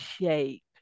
shape